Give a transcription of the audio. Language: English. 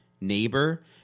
neighbor